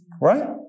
Right